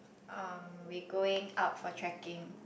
uh we going out for trekking